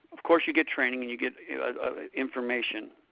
of course you get training, and you get information,